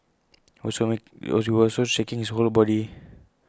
he was also shaking his whole body